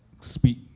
speak